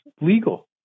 legal